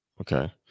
Okay